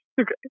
okay